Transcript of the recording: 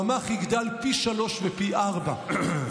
הממ"ח יגדל פי שלושה ופי ארבעה,